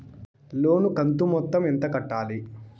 లోను కంతు మొత్తం ఎంత కట్టాలి?